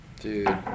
Dude